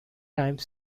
time